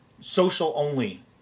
social-only